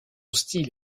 style